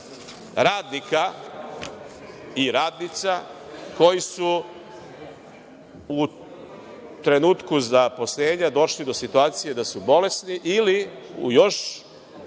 radnika i radnica koji su u trenutku zaposlenja došli do situacije da su bolesni, ili u još